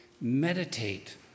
meditate